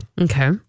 okay